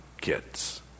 kids